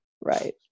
Right